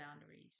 boundaries